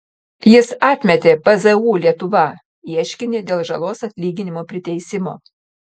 jis atmetė pzu lietuva ieškinį dėl žalos atlyginimo priteisimo